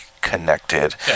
connected